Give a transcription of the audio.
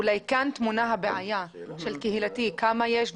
אולי כאן טמונה הבעיה של "קהילתי" כמה יש,